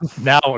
Now